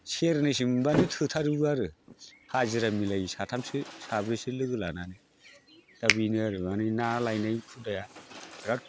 सेरनैसो मोनब्लानो थोथारोबो आरो हाजिरा मिलायो साथामसो साब्रैसो लोगो लानानै दा बेनो आरो ना लायनाय हुदाया